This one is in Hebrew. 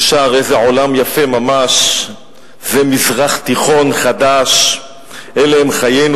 ששר: "איזה עולם יפה ממש,/ זה מזרח תיכון חדש./ אלה הם חיינו